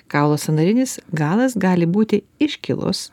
kaulo sąnarinis galas gali būti iškilus